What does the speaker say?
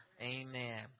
amen